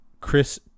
Chris